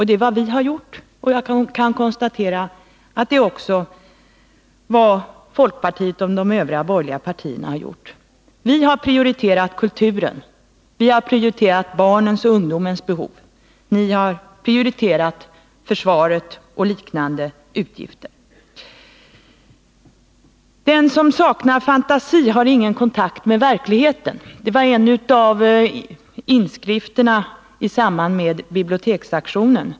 Det är vad vi har gjort, och jag kan konstatera att det också är vad folkpartiet och de övriga borgerliga partierna har gjort. Vi har prioriterat kulturen och barns och ungdomars behov — ni har prioriterat försvaret och liknande utgifter. ”Den som saknar fantasi har ingen kontakt med verkligheten.” Det var en av inskrifterna, av Stefan Mählqvist, i samband med biblioteksaktionen.